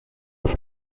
rw’u